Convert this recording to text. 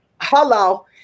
hello